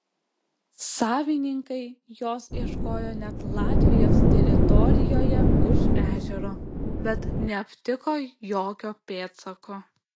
savininkai jos ieškojo net latvijos teritorijoje už ežero bet neaptiko jokio pėdsako